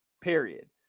Period